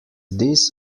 this